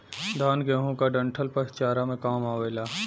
धान, गेंहू क डंठल पशु चारा में काम आवेला